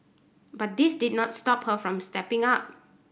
but this did not stop her from stepping up